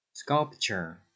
Sculpture